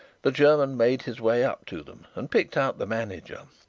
the german made his way up to them and picked out the manager.